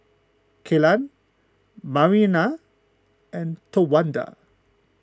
Kellan Marianna and Towanda